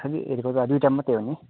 खालि हेरेको त दुईवटा मात्रै हो नि